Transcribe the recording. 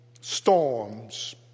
storms